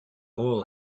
all